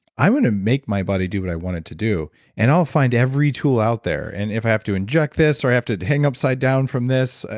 i want to make my body do what i want it to do and i'll find every tool out there, and if i have to inject this, or i have to hang upside down from this,